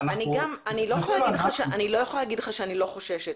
אומר שאם כוח האדם לא מוכשר לטפל במערכות,